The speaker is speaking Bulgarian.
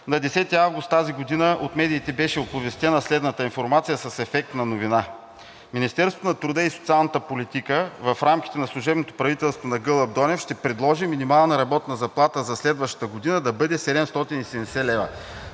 на 10 август тази година от медиите беше оповестена следната информация с ефект на новина: Министерството на труда и социалната политика в рамките на служебното правителство на Гълъб Донев ще предложи минималната работна заплата за следващата година да бъде 770 лв.